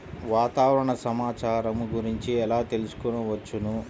వాతావరణ సమాచారము గురించి ఎలా తెలుకుసుకోవచ్చు?